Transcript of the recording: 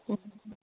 অঁ